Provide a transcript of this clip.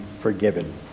forgiven